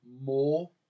more